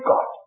God